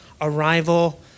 arrival